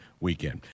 weekend